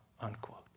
unquote